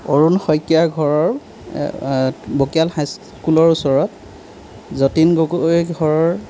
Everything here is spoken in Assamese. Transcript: অৰুণ শইকীয়াৰ ঘৰ বকীয়াল হাইস্কুলৰ ওচৰত যতীন গগৈৰ ঘৰ